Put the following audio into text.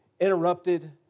interrupted